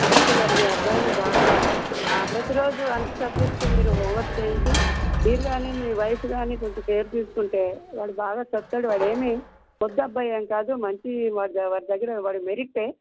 కాబట్టి మరి మీ అబ్బాయిని బాగా ప్రతి రోజు అన్ని సబ్జక్ట్స్ మీరు హోంవర్క్ చేయించి మీరు కానీ మీ వైఫ్ కానీ కొంచెం కేర్ తీసుకుంటే వాడు బాగా చదువుతాడు వాడేమీ మొద్దబ్బాయి ఏమీ కాదు మంచి వాడి దగ్గర వాడు మెరిట్ఏ